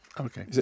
Okay